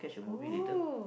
oh